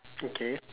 okay